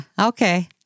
Okay